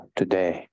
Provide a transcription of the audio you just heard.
today